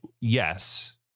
yes